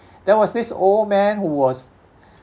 there was this old man who was